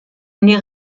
les